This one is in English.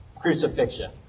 crucifixion